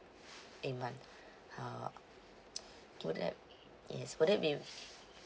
a month uh would that yes would that be